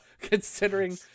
Considering